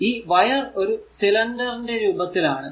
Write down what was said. ഈ വയർ ഒരു സിലിണ്ടർ ന്റെ രൂപത്തിൽ ആണ്